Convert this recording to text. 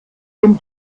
dem